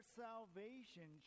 salvation